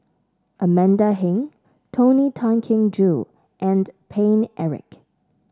Amanda Heng Tony Tan Keng Joo and Paine Eric